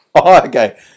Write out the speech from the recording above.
okay